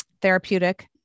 therapeutic